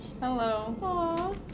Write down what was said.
Hello